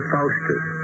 Faustus